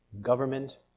government